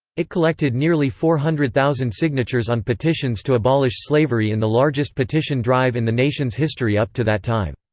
it collected nearly four hundred thousand signatures on petitions to abolish slavery in the largest petition drive in the nation's history up to that time.